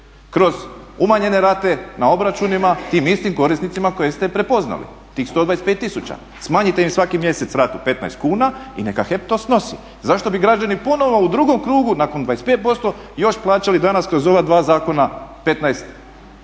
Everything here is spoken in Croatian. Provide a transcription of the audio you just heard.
kroz umanjene rate na obračunima tim istim korisnicima koje ste prepoznali tih 125 tisuća. Smanjite im svaki mjesec ratu 15 kuna i neka HEP to snosi. Zašto bi građani ponovo u drugom krugu nakon 25% još plaćali danas kroz ova dva zakona 15